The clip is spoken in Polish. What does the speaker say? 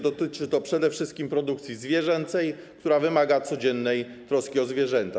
Dotyczy to przede wszystkim produkcji zwierzęcej, która wymaga codziennej troski o zwierzęta.